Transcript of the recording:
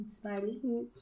Smiley